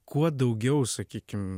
kuo daugiau sakykim